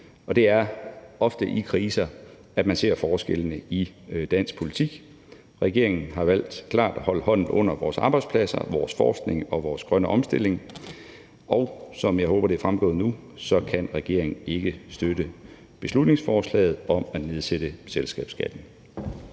og det er ofte i kriser, man ser forskellene i dansk politik. Regeringen har klart valgt at holde hånden under vores arbejdspladser, vores forskning og vores grønne omstilling, og som jeg håber, det er fremgået nu, kan regeringen ikke støtte beslutningsforslaget om at nedsætte selskabsskatten.